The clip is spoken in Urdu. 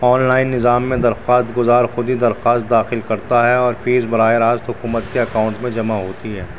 آنلائن نظام میں درخواست گزار خود ہی درخواست داخل کرتا ہے اور فیس براہ راست حکومت کے اکاؤنٹس میں جمع ہوتی ہے